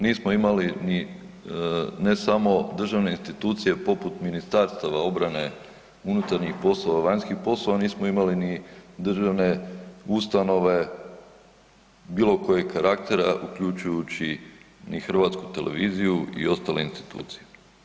Nismo imali ni ne samo državne institucije poput Ministarstva obrane, unutarnjih poslova, vanjskih poslova, nismo imali ni državne ustanove bilokojeg karaktera uključujući i HRT i ostale institucije.